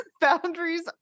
boundaries